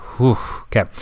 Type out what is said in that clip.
Okay